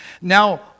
Now